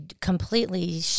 completely